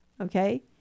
okay